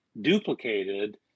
duplicated